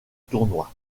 tournoi